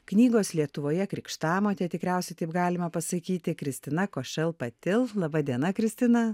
knygos lietuvoje krikštamotė tikriausia taip galima pasakyti kristina košel patil laba diena kristina